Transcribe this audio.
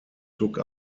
took